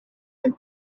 and